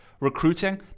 recruiting